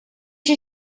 you